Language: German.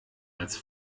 als